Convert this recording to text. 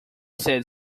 said